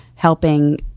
helping